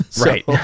Right